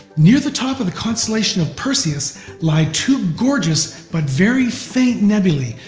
near the top of the constellation of perseus lie two gorgeous but very faint nebulae,